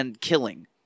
killing